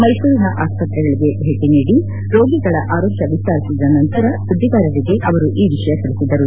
ಮೈಸೂರಿನ ಆಸ್ತತೆಗಳಿಗೆ ಭೇಟಿ ನೀಡಿ ರೋಗಿಗಳ ಆರೋಗ್ಯ ವಿಜಾರಿಸಿದ ನಚಿತರ ಸುದ್ದಿಗಾರರಿಗೆ ಅವರು ಈ ವಿಷಯ ತಿಳಿಸಿದರು